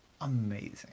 amazing